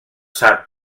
sap